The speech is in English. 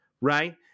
right